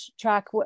track